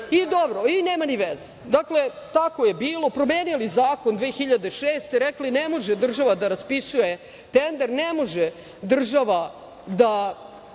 videla. Dobro, nema ni veze. Dakle, tako je bilo. Promenili zakon 2006. Rekli - ne može država da raspisuje tender, ne može država da